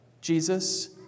Jesus